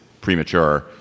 premature